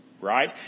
Right